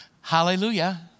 Hallelujah